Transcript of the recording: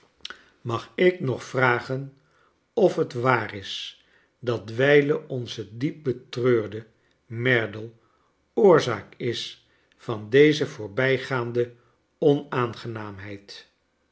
mag ik nog vragen of het waar is dat wijlen onze diep betreurde merdle oorzaak is van deze voorbijgaande